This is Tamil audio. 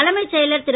தலைமைச் செயலர் திரு